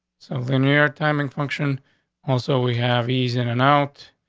so the new york timing function also, we have easy in and out.